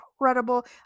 incredible